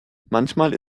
manchmal